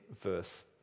verse